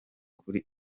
kuri